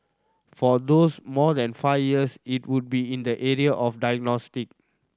for those more than five years it would be in the area of diagnostic